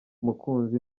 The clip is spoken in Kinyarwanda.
mukunzi